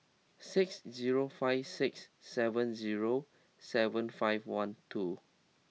six zero five six seven zero seven five one two